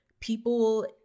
People